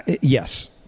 Yes